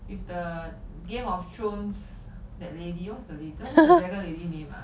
with the game of thrones that lady what's the lady what's the dragon lady name ah